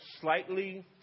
slightly